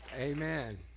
Amen